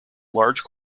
large